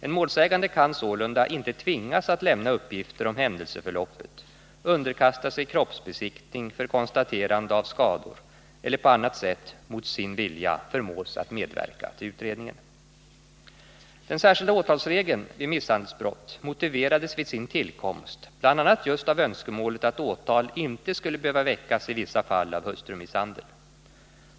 En målsägande kan sålunda inte tvingas att lämna uppgifter om händelseförloppet, underkasta sig kroppsbesiktning för konstaterande av skador eller på annat sätt mot sin vilja förmås att medverka till utredningen. Den särskilda regeln om åtal vid misshandelsbrott motiverades vid sin tillkomst bl.a. just av önskemålet att åtal inte skulle behöva väckas i vissa fall av hustrumisshandel.